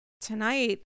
tonight